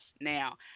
now